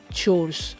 chores